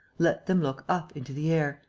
let them look up into the air,